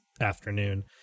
afternoon